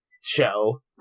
show